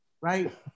right